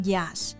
Yes